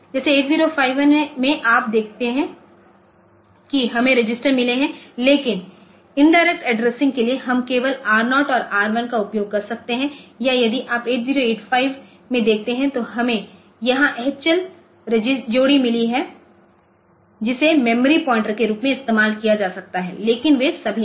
जैसे 8051 में आप देखते हैं कि हमें रजिस्टर मिले हैं लेकिन इनडायरेक्ट ऐड्रेसिंग के लिए हम केवल R0 और R1 का उपयोग कर सकते हैं या यदि आप 8085 में देखें तो हमें यह एचएल जोड़ी मिली है जिसे मेमोरी पॉइंटर के रूप में इस्तेमाल किया जा सकता है लेकिन वे सभी नहीं